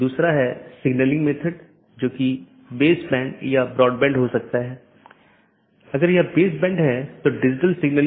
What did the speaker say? संचार में BGP और IGP का role BGP border gateway protocol और IGP इंटरनेट गेटवे प्रोटोकॉल